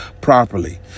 properly